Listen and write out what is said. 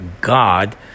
God